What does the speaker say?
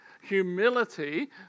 humility